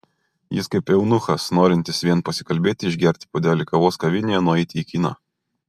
jis kaip eunuchas norintis vien pasikalbėti išgerti puodelį kavos kavinėje nueiti į kiną